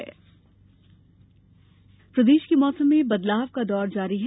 मौसम बारिश प्रदेश के मौसम में बदलाव का दौर जारी है